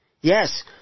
yes